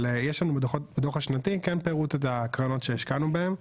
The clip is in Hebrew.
אבל יש שם בדו"ח השנתי כן פירוט את הקרנות שהשקענו בהם,